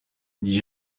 dit